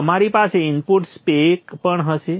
અમારી પાસે input spec પણ છે